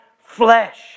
flesh